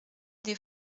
des